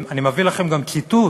אני מביא לכם גם ציטוט